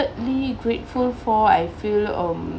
really grateful for I feel um